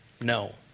No